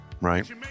right